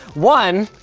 one,